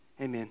Amen